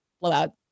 blowout